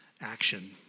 action